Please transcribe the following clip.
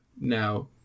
now